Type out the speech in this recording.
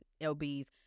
LBS